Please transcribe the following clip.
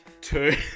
Two